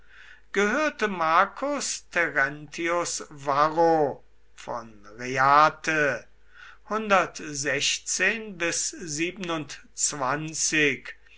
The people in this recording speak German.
gehörte marcus terentius varro von reate